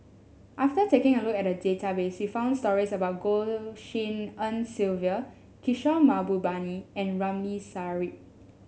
after taking a look at a database we found stories about Goh Tshin En Sylvia Kishore Mahbubani and Ramli Sarip